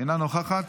אינה נוכחת,